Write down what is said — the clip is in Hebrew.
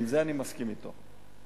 בזה אני מסכים אתו.